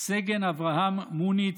סגן אברהם מוניץ,